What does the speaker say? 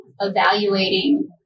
evaluating